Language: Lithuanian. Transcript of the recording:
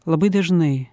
labai dažnai